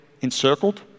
encircled